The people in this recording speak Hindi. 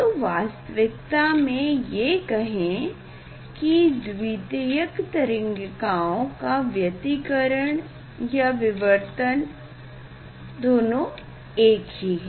तो वास्तविकता में ये कहें की द्वितीयक तरंगिकाओं का व्यतिकरण या विवर्तन दोनों एक ही है